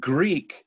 Greek